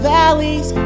valleys